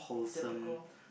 typical